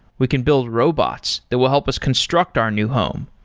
we can build robots that will help us construct our new home,